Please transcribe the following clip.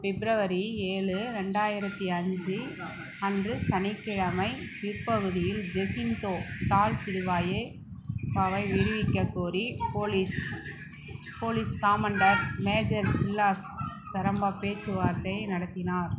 பிப்ரவரி ஏழு ரெண்டாயிரத்தி அஞ்சு அன்று சனிக்கிழமை பிற்பகுதியில் ஜெசிண்தோ டால் சில்வாயே விடுவிக்கக் கோரி போலீஸ் போலீஸ் காமண்டர் மேஜர் சில்லாஸ் சரம்பா பேச்சுவார்த்தை நடத்தினார்